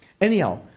Anyhow